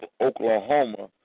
Oklahoma